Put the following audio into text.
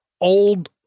old